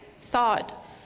thought